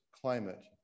climate